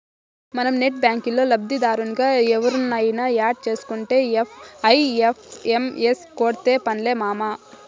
మనం నెట్ బ్యాంకిల్లో లబ్దిదారునిగా ఎవుర్నయిన యాడ్ సేసుకుంటే ఐ.ఎఫ్.ఎం.ఎస్ కోడ్తో పన్లే మామా